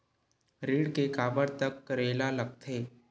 ऋण के काबर तक करेला लगथे?